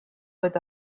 with